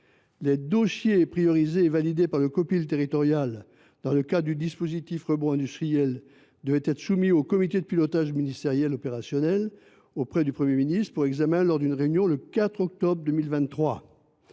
Les dossiers priorisés et validés par le comité de pilotage territorial dans le cadre du dispositif « Rebond industriel » devaient être soumis au comité de pilotage ministériel opérationnel, placé auprès du Premier ministre, pour examen lors d’une réunion le 4 octobre 2023.